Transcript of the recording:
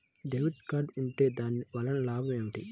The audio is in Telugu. డెబిట్ కార్డ్ ఉంటే దాని వలన లాభం ఏమిటీ?